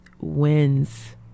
Wins